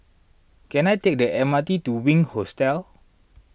can I take the M R T to Wink Hostel